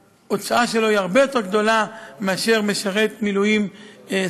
ההוצאה שלו היא הרבה יותר גדולה מאשר של משרת מילואים שכיר,